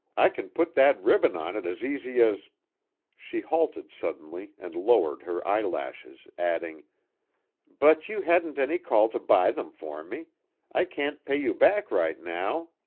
i kin put that ribbon on it as easy as she halted suddenly and lowered her eyelashes, adding but you hadn't any call to buy them for me i can't pay you back right now.